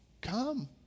come